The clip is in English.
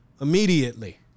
immediately